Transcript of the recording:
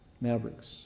Maverick's